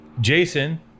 jason